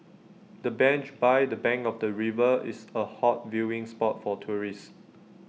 the bench by the bank of the river is A hot viewing spot for tourists